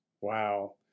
Wow